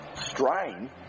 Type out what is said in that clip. strain